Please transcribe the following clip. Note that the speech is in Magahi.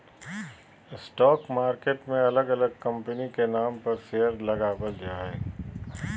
स्टॉक मार्केट मे अलग अलग कंपनी के नाम पर शेयर लगावल जा हय